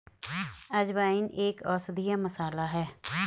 अजवाइन एक औषधीय मसाला है